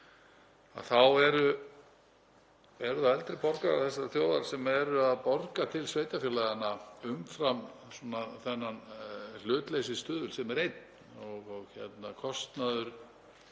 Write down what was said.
þá eru það eldri borgarar þessarar þjóðar sem eru að borga til sveitarfélaganna umfram þennan hlutleysisstuðul, sem er 1. Kostnaður